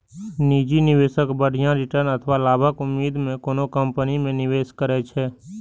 निजी निवेशक बढ़िया रिटर्न अथवा लाभक उम्मीद मे कोनो कंपनी मे निवेश करै छै